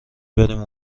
بریم